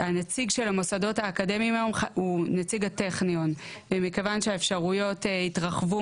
הנציג של המוסדות האקדמיים הוא נציג הטכניון ומכיוון שהאפשרויות התרחבו